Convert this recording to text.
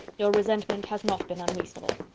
your resentment has not been unreasonable.